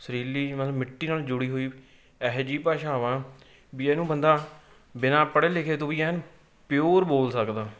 ਸੁਰੀਲੀ ਮਤਲਬ ਮਿੱਟੀ ਨਾਲ ਜੁੜੀ ਹੋਈ ਇਹੋ ਜਿਹੀ ਭਾਸ਼ਾਵਾਂ ਵੀ ਇਹਨੂੰ ਬੰਦਾ ਬਿਨਾਂ ਪੜ੍ਹੇ ਲਿਖੇ ਤੋਂ ਵੀ ਐਨ ਪਿਓਰ ਬੋਲ ਸਕਦਾ